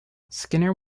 skinner